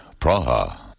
Praha